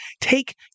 take